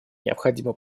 необходимо